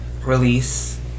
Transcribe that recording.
release